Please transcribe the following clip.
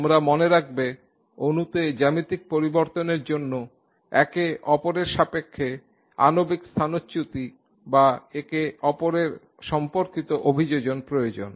তোমরা মনে রাখবে অণুতে জ্যামিতিক পরিবর্তনের জন্য একে অপরের সাপেক্ষে আণবিক স্থানচ্যুতি বা একে অপরের সাথে সম্পর্কিত অভিযোজন প্রয়োজন